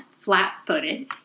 flat-footed